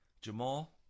Jamal